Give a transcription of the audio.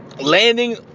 landing